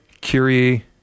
Curie